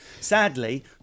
Sadly